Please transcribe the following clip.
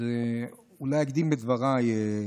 אז אולי אקדים לדבריי,